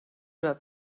that